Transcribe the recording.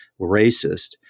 racist